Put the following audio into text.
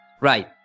right